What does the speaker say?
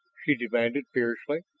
she demanded fiercely.